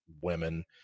women